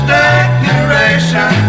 decoration